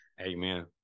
Amen